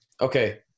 Okay